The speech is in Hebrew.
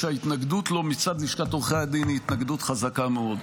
שההתנגדות לו מצד לשכת עורכי הדין היא התנגדות חזקה מאוד.